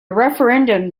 referendum